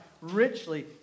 richly